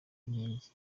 inkingi